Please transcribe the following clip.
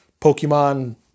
Pokemon